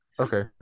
Okay